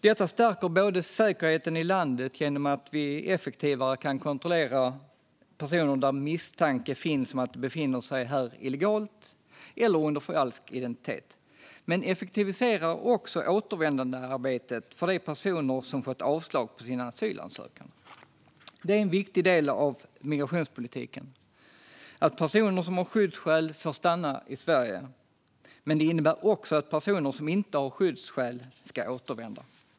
Detta stärker säkerheten i landet genom att vi effektivare kan kontrollera personer där misstanke finns om att de befinner sig här illegalt eller under falsk identitet, men det effektiviserar också återvändandearbetet för de personer som fått avslag på sin asylansökan. Det är en viktig del av migrationspolitiken att personer som har skyddsskäl får stanna i Sverige. Men det innebär också att personer som inte har skyddsskäl ska återvända.